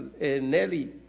Nelly